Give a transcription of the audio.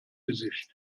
gesicht